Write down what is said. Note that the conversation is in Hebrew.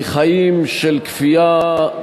מחיים של כפייה,